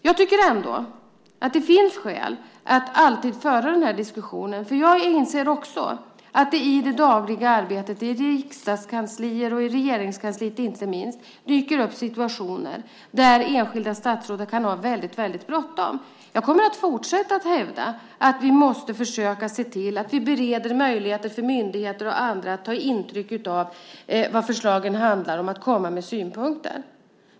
Jag tycker att det finns skäl att alltid föra den här diskussionen, för jag inser att det i det dagliga arbetet i riksdagskanslier och inte minst i Regeringskansliet dyker upp situationer där enskilda statsråd kan ha väldigt bråttom. Jag kommer att fortsätta att hävda att vi måste försöka se till att vi bereder möjligheter för myndigheter och andra att ta intryck av vad förslagen handlar om och att kunna komma med synpunkter.